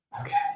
okay